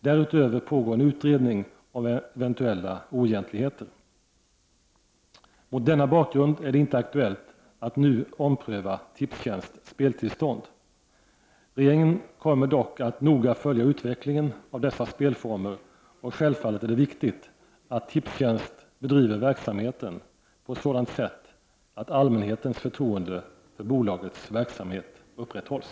Därutöver pågår en utredning om eventuella oegentligheter. Mot denna bakgrund är det inte aktuellt att nu ompröva Tipstjänsts speltillstånd. Regeringen kommer dock att noga följa utvecklingen av dessa spelformer, och självfallet är det viktigt att Tipstjänst bedriver verksamheten på sådant sätt att allmänhetens förtroende för bolagets verksamhet upprätthålls.